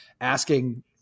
asking